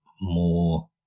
more